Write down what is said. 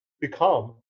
become